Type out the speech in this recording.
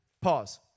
pause